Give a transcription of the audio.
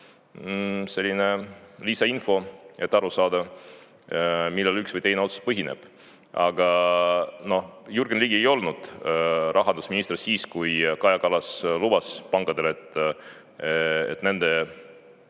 selline lisainfo, et aru saada, millel üks või teine otsus põhineb. Aga noh, Jürgen Ligi ei olnud rahandusminister siis, kui Kaja Kallas lubas pankadele, et nende